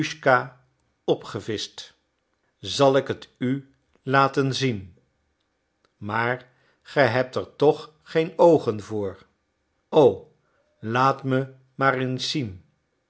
de tolkuschka opgevischt zal ik het u laten zien maar ge hebt er toch geen oogen voor o laat me maar eens zien